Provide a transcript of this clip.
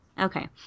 Okay